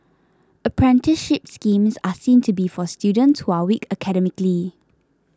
apprenticeship schemes are seen to be for students who are weak academically